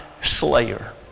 slayer